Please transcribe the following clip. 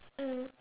mm